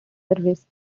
service